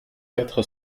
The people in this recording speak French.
quatre